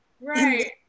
right